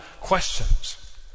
questions